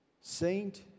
Saint